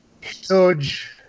Huge